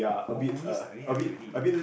movies I already have already